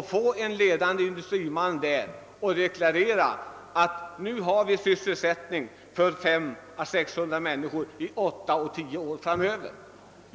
höra en ledande industriman deklarera att han kan skapa sysselsättning för 300 å 600 människor i åtta å tio år framöver i sin stad, i sin bygd?